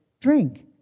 drink